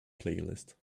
playlist